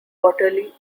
quarterly